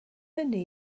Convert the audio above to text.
hynny